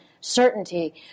certainty